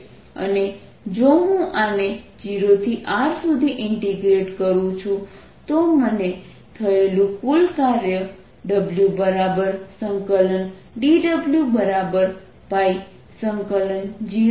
અને જો હું આને 0 થી R સુધી ઇન્ટીગ્રેટ કરું છું તો મને થયેલું કુલ કાર્ય WdWπ0RVr